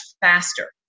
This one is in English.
faster